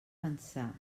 pensar